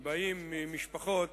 באים ממשפחות